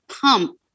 pump